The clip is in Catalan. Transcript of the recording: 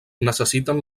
necessiten